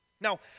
Now